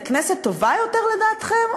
זה כנסת טובה יותר לדעתכם,